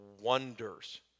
wonders